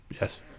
Yes